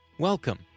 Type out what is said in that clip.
Welcome